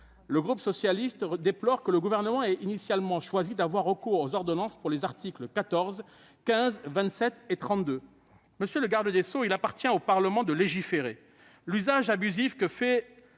le groupe socialiste déplore que le Gouvernement ait initialement choisi d'avoir recours aux ordonnances pour les articles 14, 15, 27 et 32. Monsieur le garde des sceaux, il appartient au Parlement de légiférer. L'usage abusif que fait